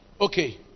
okay